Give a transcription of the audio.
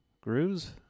grooves